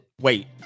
wait